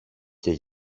και